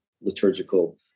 liturgical